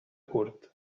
curt